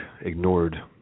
ignored